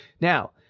Now